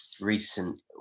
recent